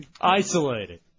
Isolated